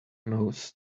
nose